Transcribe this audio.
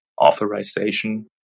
authorization